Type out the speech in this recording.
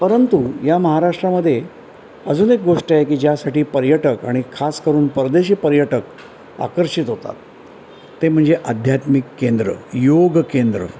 परंतु या महाराष्ट्रामध्ये अजून एक गोष्ट आहे की ज्यासाठी पर्यटक आणि खास करून परदेशी पर्यटक आकर्षित होतात ते म्हणजे अध्यात्मिक केंद्र योग केंद्र